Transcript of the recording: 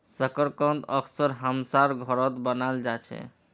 शकरकंद अक्सर हमसार घरत बनाल जा छे